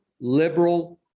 liberal